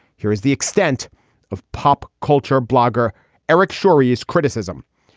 here is the extent of pop culture blogger eric schori's criticism.